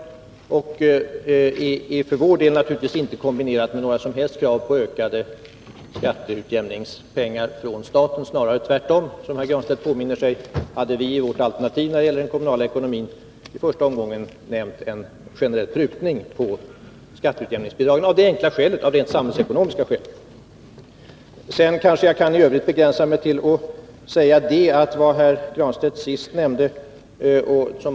För vår del anser vi naturligtvis att det inte skall vara kombinerat med några som helst krav på ökning av skatteutjämningspengarna från staten, snarare tvärtom. Som herr Granstedt påminner sig hade vi i vårt alternativ när det gäller den kommunala ekonomin i första omgången nämnt en generell prutning på skatteutjämningbidragen — av rent samhällsekonomiska skäl. I övrigt kan jag kanske begränsa mig till vad herr Granstedt senast nämnde.